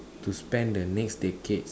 to spend the decade